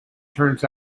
turns